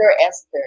esther